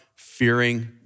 fearing